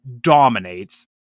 Dominates